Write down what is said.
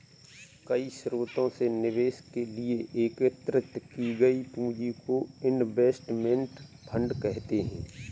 कई स्रोतों से निवेश के लिए एकत्रित की गई पूंजी को इनवेस्टमेंट फंड कहते हैं